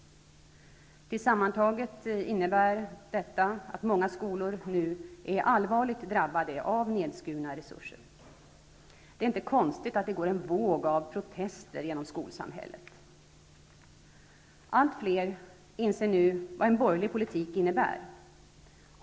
Sammantaget innebär detta att många skolor nu är allvarligt drabbade av nedskärningar av resurser. Det är inte konstigt att det går en våg av protester genom skolsamhället. Allt fler inser nu vad en borgerlig politik innebär.